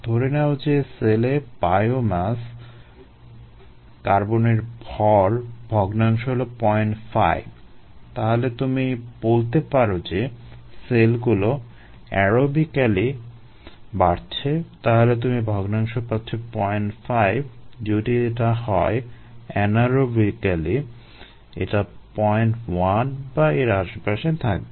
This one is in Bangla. ধরে নাও যে সেলে এটা 01 বা এর আশেপাশে থাকবে